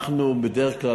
בדרך כלל,